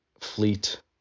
fleet